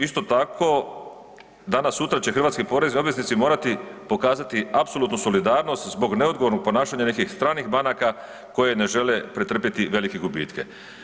Isto tako danas sutra će hrvatski porezni obveznici morati pokazati apsolutnu solidarnost zbog neodgovornog ponašanja nekih stranih banaka koje ne žele pretrpjeti velike gubitke.